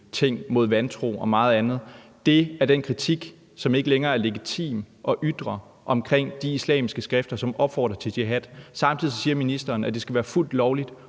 ting mod vantro og meget andet. Det er den kritik, som ikke længere er legitim at ytre omkring de islamiske skrifter, som opfordrer til jihad. Samtidig siger ministeren, at det skal være fuldt lovligt